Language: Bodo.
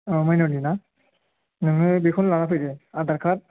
औ माइनरनि ना नोङो बेखौनो लानानै फैदो आधार कार्ड